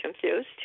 confused